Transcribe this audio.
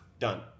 Done